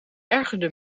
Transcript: ergerde